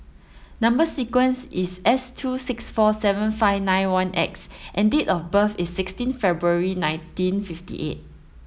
number sequence is S two six four seven five nine one X and date of birth is sixteen February nineteen fifty eight